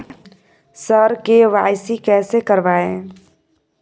sir KYC कैसे करवाएं